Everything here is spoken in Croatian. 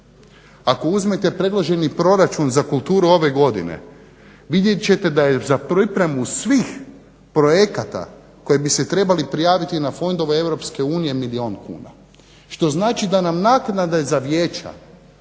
Ako uzimate predloženi proračun za kulturu ove godine, vidjet ćete da je za pripremu svih projekata koji bi se trebali prijaviti na fondove EU milijun kuna što znači da nam naknada za vijeća